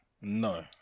No